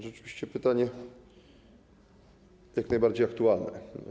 Rzeczywiście pytanie jak najbardziej aktualne.